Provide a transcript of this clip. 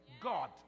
God